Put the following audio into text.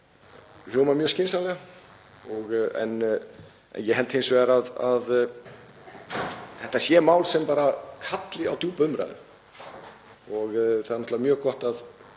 hljóma mjög skynsamlega en ég held hins vegar að þetta sé mál sem kalli á djúpa umræðu og það er mjög gott að